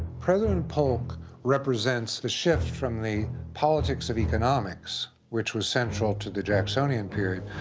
president polk represents the shift from the politics of economics, which was central to the jacksonian period,